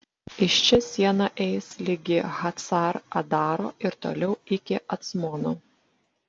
iš čia siena eis ligi hacar adaro ir toliau iki acmono